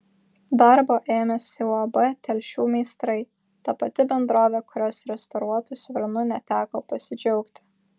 darbo ėmėsi uab telšių meistrai ta pati bendrovė kurios restauruotu svirnu neteko pasidžiaugti